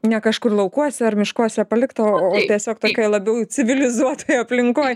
ne kažkur laukuose ar miškuose palikt o o tiesiog tokioj labiau civilizuotoj aplinkoj